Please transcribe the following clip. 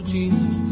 Jesus